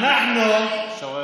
עארף, עארף.